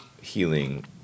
healing